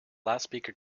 loudspeaker